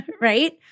Right